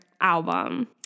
album